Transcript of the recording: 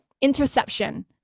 interception